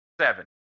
seven